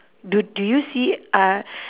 do do you see eye